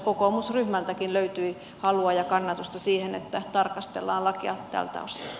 kokoomusryhmältäkin löytyi halua ja kannatusta siihen että tarkastellaan lakia tältä osin